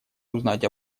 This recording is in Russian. узнать